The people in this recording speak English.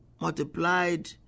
multiplied